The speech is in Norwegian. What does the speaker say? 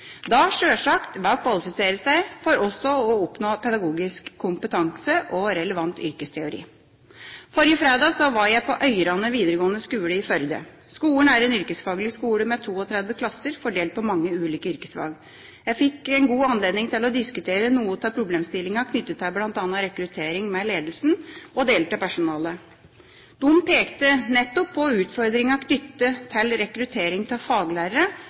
sjølsagt ved å kvalifisere seg for også å oppnå pedagogisk kompetanse og relevant yrkesteori. Forrige fredag var jeg på Øyrane vidaregåande skule i Førde. Skolen er en yrkesfaglig skole med 32 klasser fordelt på mange ulike yrkesfag. Jeg fikk god anledning til å diskutere noen av problemstillingene knyttet til bl.a. rekruttering med ledelsen og deler av personalet. De pekte nettopp på utfordringen i forbindelse med rekruttering av faglærere,